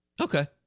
Okay